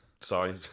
Sorry